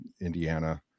indiana